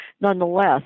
Nonetheless